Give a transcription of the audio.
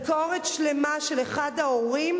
משכורת שלמה של אחד ההורים